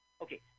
Okay